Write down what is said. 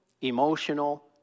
emotional